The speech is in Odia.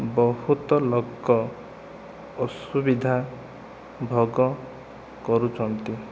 ବହୁତ ଲୋକ ଅସୁବିଧା ଭୋଗ କରୁଛନ୍ତି